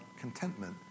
contentment